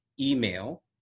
email